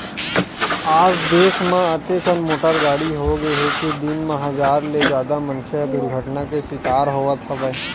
आज देस म अतेकन मोटर गाड़ी होगे हे के दिन म हजार ले जादा मनखे ह दुरघटना के सिकार होवत हवय